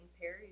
Perry